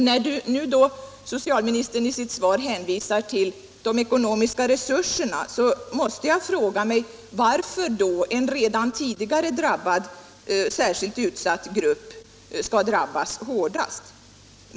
När nu socialministern i sitt svar hänvisar till de ekonomiska resurserna måste jag fråga mig varför då en redan tidigare särskilt utsatt grupp skall behöva drabbas hårdast.